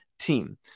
team